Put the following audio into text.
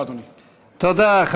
תודה, אדוני.